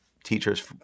teachers